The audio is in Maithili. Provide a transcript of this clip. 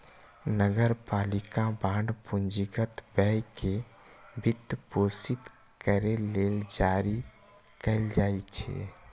नगरपालिका बांड पूंजीगत व्यय कें वित्तपोषित करै लेल जारी कैल जाइ छै